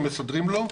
שמסדרים לו,